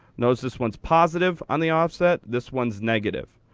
notice this one's positive on the offset. this one's negative,